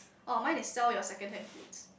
oh mine is sell your second hand goods